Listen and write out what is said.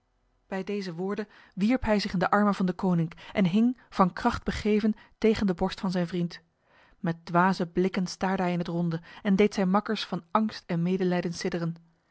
bij deze woorden wierp hij zich in de armen van deconinck en hing van kracht begeven tegen de borst van zijn vriend met dwaze blikken staarde hij in het ronde en deed zijn makkers van angst en medelijden